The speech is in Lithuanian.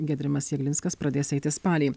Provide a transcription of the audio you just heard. giedrimas jeglinskas pradės eiti spalį